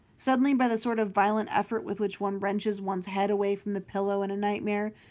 suddenly, by the sort of violent effort with which one wrenches one's head away from the pillow in a nightmare,